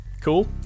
cool